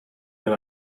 when